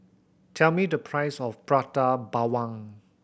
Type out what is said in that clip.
tell me the price of Prata Bawang